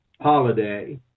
holiday